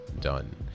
done